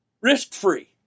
Risk-free